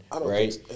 right